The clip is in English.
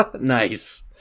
Nice